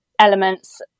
elements